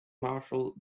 marcel